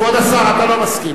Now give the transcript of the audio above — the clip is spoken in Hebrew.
כבוד השר, אתה לא מסכים.